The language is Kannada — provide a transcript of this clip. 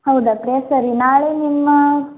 ಹೌದಾ ಪ್ರಿಯಾ ಸರಿ ನಾಳೆ ನಿಮ್ಮ